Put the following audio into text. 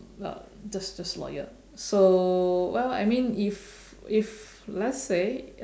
just just loyal so what what I mean if if let's say